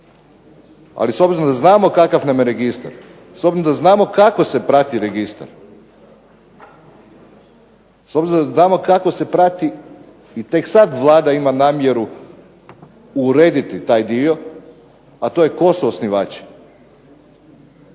ali s obzirom da znamo kakav nam je registar, s obzirom da znamo kako se prati registar, s obzirom da znamo kako se prati i tek sad Vlada ima namjeru urediti taj dio, a to je tko su osnivači.